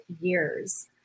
years